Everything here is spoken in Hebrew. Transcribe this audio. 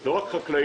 לא רק חקלאים,